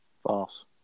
False